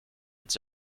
its